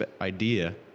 idea